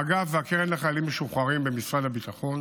האגף והקרן לחיילים משוחררים במשרד הביטחון